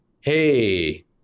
Hey